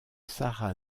sara